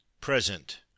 Present